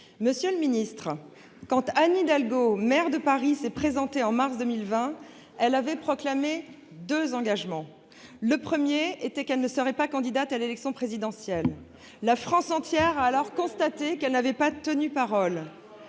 comptes publics. Quand Anne Hidalgo, maire de Paris, s'est présentée en mars 2020 aux élections municipales, elle avait proclamé deux engagements. Le premier était qu'elle ne serait pas candidate à l'élection présidentielle. La France entière a alors constaté qu'elle n'avait pas tenu parole.